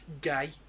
gay